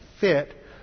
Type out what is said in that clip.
fit